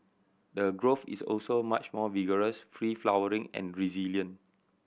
the growth is also much more vigorous free flowering and resilient